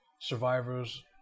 survivors